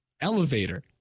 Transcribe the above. elevator